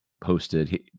posted